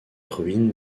ruines